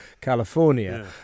California